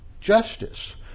justice